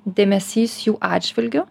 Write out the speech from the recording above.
dėmesys jų atžvilgiu